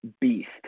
beast